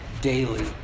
daily